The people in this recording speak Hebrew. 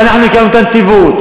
ואנחנו הקמנו את הנציבות,